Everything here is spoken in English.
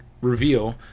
reveal